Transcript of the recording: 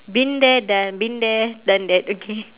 been there done been there done that okay